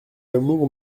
amour